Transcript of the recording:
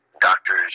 doctors